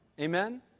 Amen